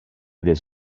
des